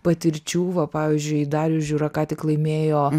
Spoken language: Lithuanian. patirčių va pavyzdžiui darius žiūra ką tik laimėjo